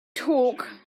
talk